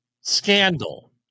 Scandal